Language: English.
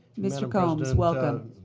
mr. combs, welcome.